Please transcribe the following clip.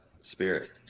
Spirit